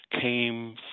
came